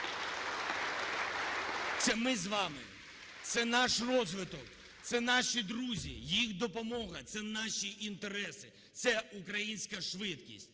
Це ми з вами, це наш розвиток, це наші друзі, їх допомога. Це наші інтереси. Це українська швидкість.